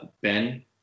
Ben